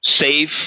safe